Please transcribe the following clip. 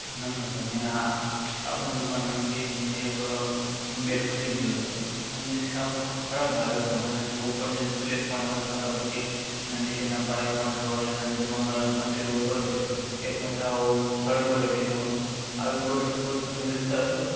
નમસ્ત્તે મેં આ આપની દુકાનેથી એક બૅટ ખરીદ્યુ હતું અને એ સાવ ખરાબ હાલતમાં અને ઉપરની પ્લેટ પણ સાવ ખરાબ હતી અને નીચેના પાયા પણ સાવ ખરાબ હતા જેમાં મ મટીરિયલ વપરાયું છે એ પણ સાવ થર્ડ ક્વૉલિટીનું હતું આવી પ્રોડક્ટ તમે વેચતા હશો